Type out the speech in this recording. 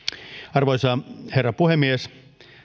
arvoisa herra puhemies